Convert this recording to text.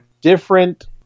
Different